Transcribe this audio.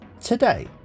today